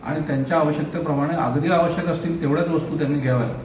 आणि त्यांच्या आवश्यकतेप्रमाणे आणि अगदी आवश्यक असेल तेवढ्याच वस्तू त्यांनी घ्याव्यात